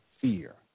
fear